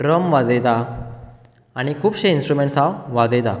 drum वाजयतां आनी खुबशे इन्स्ट्रुमेंटस हांव वाजयतां